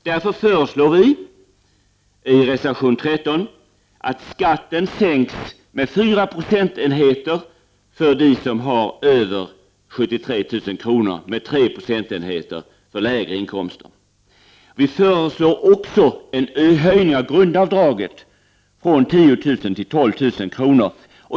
Därför föreslår vi i reservation 13 att skatten sänks med 4 procentenheter för dem som har över 73 000 kr. och med 3 procentenheter för dem som har lägre inkomster. Vi föreslår också en höjning av grundavdraget från 10000 till 12000 kr.